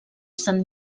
sant